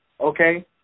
okay